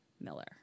Miller